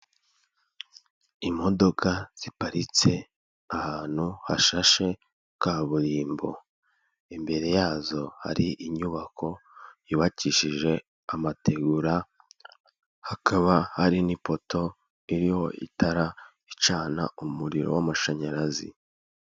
Imodoka ziparitse ahantu hashashe kaburimbo, imbere yazo hari inyubako yubakishije amategura hakaba hari n'ipoto iriho itara icana umuriro w'amashanyarazi.